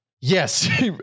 yes